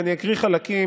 ואני אקריא חלקים,